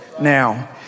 now